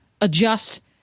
adjust